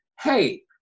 hey